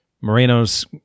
Moreno's